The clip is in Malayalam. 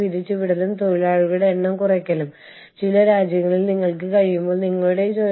അതിനാൽ ഈ സി രാജ്യത്തെ ആളുകൾ ആതിഥേയ രാജ്യത്തിലെ പൌരന്മാരുമായി പോയി സംവദിക്കുക